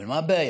אבל מה הבעיה?